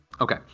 Okay